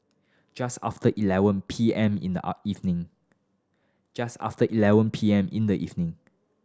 just after eleven P M in the evening just after eleven P M in the evening